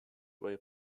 way